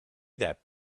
depp